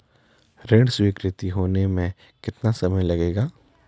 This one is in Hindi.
ऋण स्वीकृति होने में कितना समय लगेगा?